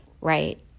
right